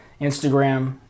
Instagram